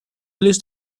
list